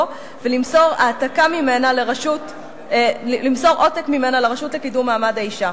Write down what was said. ולמסור עותק ממנה לרשות לקידום מעמד האשה.